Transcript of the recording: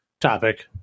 topic